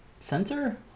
sensor